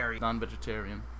non-vegetarian